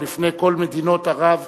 לפני כל מדינות ערב ואירופה,